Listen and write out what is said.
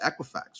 Equifax